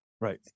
Right